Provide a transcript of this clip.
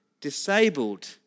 disabled